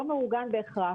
לא בהכרח מאורגן,